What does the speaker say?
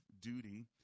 duty